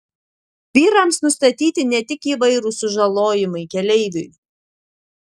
vyrams nustatyti ne tik įvairūs sužalojimai keleiviui